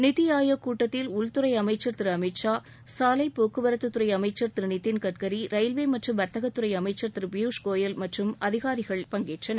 நித்தி ஆயோக் கூட்டத்தில் உள்துறை அமைச்சர் திரு அமித்ஷா சாலைப்போக்குவரத்து துறை அமைச்சர் திரு நிதின் கட்கரி ரயில்வே மற்றும் வர்த்தக துறை அமைச்சர் திரு பியூஷ் கோயல் மற்றும் அதிகாரிகள் பங்கேற்றனர்